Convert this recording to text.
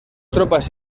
tropas